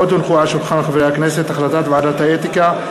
מאת חברי הכנסת איתן כבל,